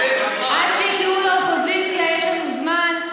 עד שיקראו לאופוזיציה, יש לנו זמן.